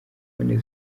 imvune